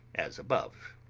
as above.